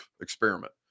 experiment